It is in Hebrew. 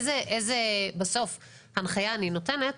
איזה הנחיה אני נותנת,